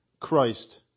Christ